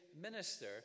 minister